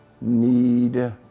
need